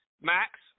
Max